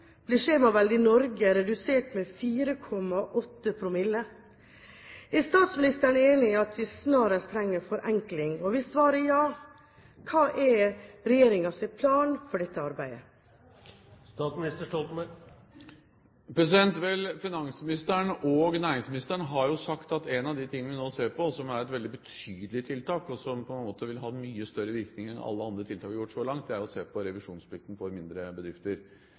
i Norge redusert med 4,8 promille. Er statsministeren enig i at vi snarest trenger forenkling? Hvis svaret er ja: Hva er regjeringens plan for dette arbeidet? Finansministeren og næringsministeren har sagt at en av de tingene vi nå ser på – som er et veldig betydelig tiltak, og som på en måte vil ha mye større virkning enn alle andre tiltak vi har gjort så langt – er å se på revisjonsplikten for mindre bedrifter.